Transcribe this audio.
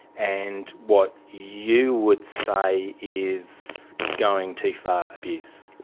and what you would say is going-too-far abuse,